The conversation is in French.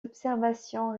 observations